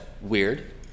weird